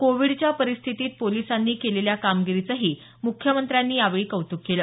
कोविडच्या परिस्थितीत पोलिसांनी केलेल्या कामगिरीचंही मुख्यमंत्र्यांनी यावेळी कौतुक केलं